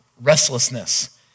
Restlessness